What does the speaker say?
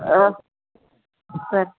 sir